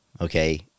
Okay